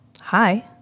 hi